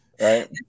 Right